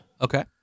Okay